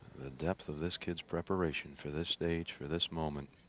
the depth of this kid's preparation for the stage for this moment